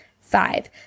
Five